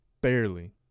Barely